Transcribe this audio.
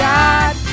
God